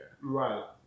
Right